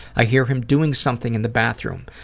i hear him doing something in the bathroom.